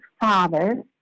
father